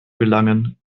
gelangen